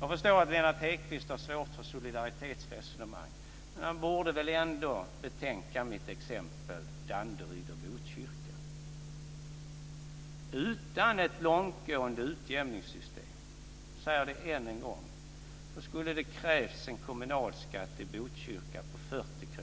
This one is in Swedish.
Jag förstår att Lennart Hedquist har svårt för solidaritetsresonemang, men han borde väl ändå betänka mitt exempel med Danderyd och Botkyrka. Utan ett långtgående utjämningssystem skulle det krävas en kommunalskatt i Botkyrka på 40 kr